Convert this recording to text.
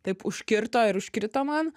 taip užkirto ir užkrito man